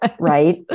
right